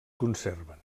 conserven